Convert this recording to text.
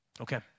okay